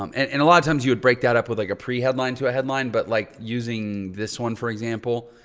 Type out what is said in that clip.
um and and a lot of times you would break that up with like a pre-headline to a headline but like using this one, for example,